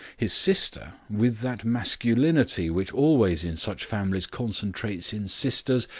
his sister, with that masculinity which always in such families concentrates in sisters,